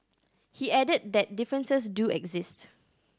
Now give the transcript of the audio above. he added that differences do exist